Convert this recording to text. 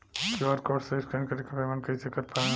QR code से scan कर के पेमेंट कइसे कर पाएम?